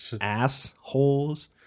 assholes